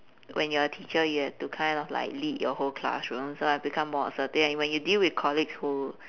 when you're a teacher you have to kind of like lead your whole classroom so I've become more assertive and when you deal with colleagues who